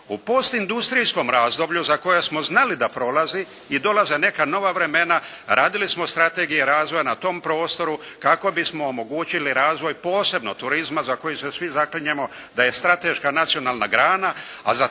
U postindustrijskom razdoblju za koja smo znali da prolazi i dolaze neka nova vremena radili smo strategije razvoja na tom prostoru kako bismo omogućili razvoj posebno turizma za koji se svi zaklinjemo da je strateška nacionalna grana.